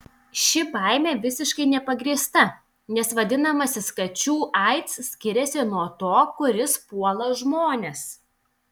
ši baimė visiškai nepagrįsta nes vadinamasis kačių aids skiriasi nuo to kuris puola žmones